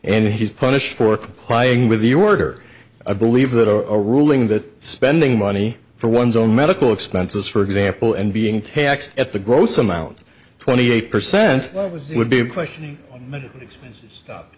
and he's punished for complying with the order i believe that a ruling that spending money for one's own medical expenses for example and being taxed at the gross amount twenty eight percent would be a question that expenses